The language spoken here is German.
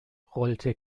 rollte